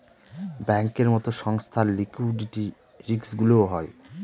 ব্যাঙ্কের মতো সংস্থার লিকুইডিটি রিস্কগুলোও হয়